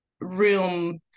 room